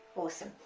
awesome,